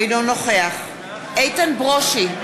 אינו נוכח איתן ברושי,